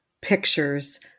pictures